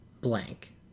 blank